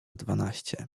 dwanaście